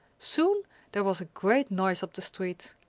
soon there was a great noise up the street.